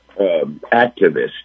activist